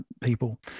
people